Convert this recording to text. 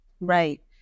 Right